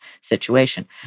situation